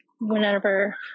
whenever